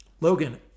Logan